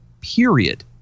Period